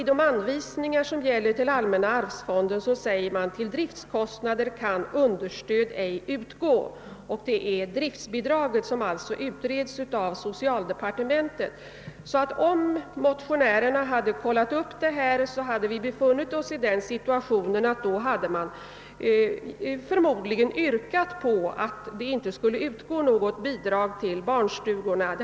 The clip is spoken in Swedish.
I de anvisningar som gäller för allmänna arvsfonden sägs också att understöd till driftkostnader ej kan utgå, Det är alltså driftbidraget som utreds i socialdepartementet. Om motionärerna hade kontrollerat detta, hade man förmodligen redan i år yrkat att det inte skulle utgå något bidrag till barnstugorna.